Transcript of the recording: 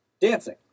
dancing